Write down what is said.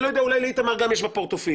אני לא יודע, אולי לאיתמר גם יש, בפורטפוליו.